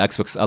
Xbox